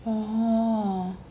mmhmm